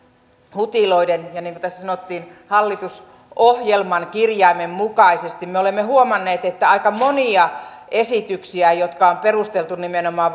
hutiloiden ja niin kuin tässä sanottiin hallitusohjelman kirjaimen mukaisesti me olemme huomanneet että aika monia esityksiä joita on perusteltu nimenomaan